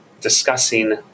discussing